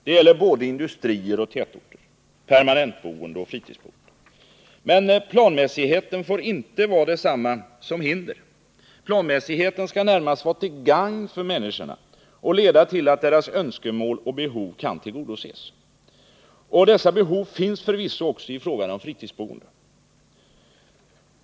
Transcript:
Det gäller både industrier och tätorter, permanentboende och fritidsboende. Men planmässigheten får inte vara detsamma som hinder. Planmässigheten skall närmast vara till gagn för människorna och leda till att deras önskemål och behov kan tillgodoses. Och dessa behov finns förvisso också i fråga om fritidsboende.